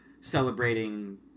celebrating